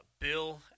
Bill